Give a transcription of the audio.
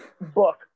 book